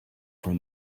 from